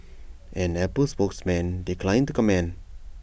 an Apple spokesman declined to comment